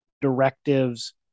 directives